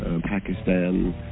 Pakistan